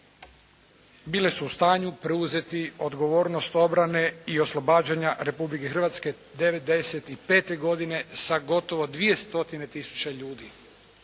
bile su u stanju preuzeti odgovornost obrane i oslobađanja Republike Hrvatske '95. godine sa gotovo 2 stotine